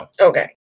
Okay